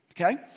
Okay